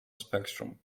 spectrum